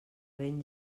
vent